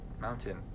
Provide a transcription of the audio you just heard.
Mountain